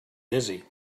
dizzy